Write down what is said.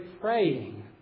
praying